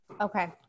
Okay